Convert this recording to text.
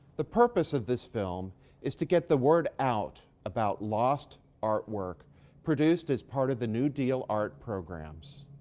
the purpose of this film is to get the word out about lost artwork produced as part of the new deal art programs.